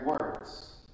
words